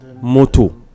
moto